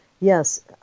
Yes